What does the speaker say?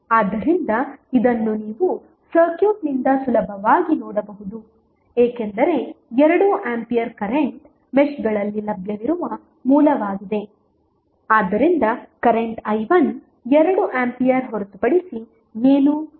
ಆದ್ದರಿಂದ ಇದನ್ನು ನೀವು ಸರ್ಕ್ಯೂಟ್ನಿಂದ ಸುಲಭವಾಗಿ ನೋಡಬಹುದು ಏಕೆಂದರೆ 2 ಆಂಪಿಯರ್ ಕರೆಂಟ್ ಮೆಶ್ಗಳಲ್ಲಿ ಲಭ್ಯವಿರುವ ಮೂಲವಾಗಿದೆ ಆದ್ದರಿಂದ ಕರೆಂಟ್ i1 2 ಆಂಪಿಯರ್ ಹೊರತುಪಡಿಸಿ ಏನೂ ಇರಲಿಲ್ಲ